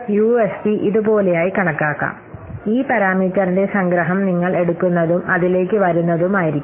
UFP ഇതുപോലെയായി കണക്കാക്കാം ഈ പാരാമീറ്ററിന്റെ സംഗ്രഹം നിങ്ങൾ എടുക്കുന്നതും അതിലേക്ക് വരുന്നതും ആയിരിക്കും